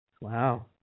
Wow